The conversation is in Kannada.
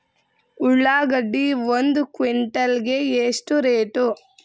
ಉಳ್ಳಾಗಡ್ಡಿ ಒಂದು ಕ್ವಿಂಟಾಲ್ ಗೆ ಎಷ್ಟು ರೇಟು?